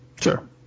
Sure